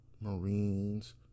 marines